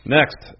Next